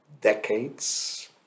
decades